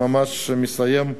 אני ממש מסיים,